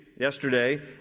yesterday